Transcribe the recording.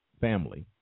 family